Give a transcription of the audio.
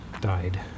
died